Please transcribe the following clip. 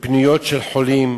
בפניות של חולים.